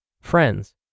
friends